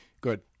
Good